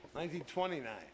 1929